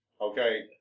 okay